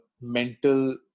mental